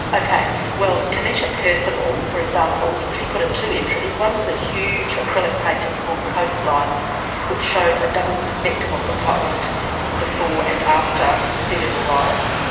okay, well, tanisha percival, for example, she put in two entries. one was a huge acrylic painting called coastline which showed a double perspective of the coast before and after sea level rise.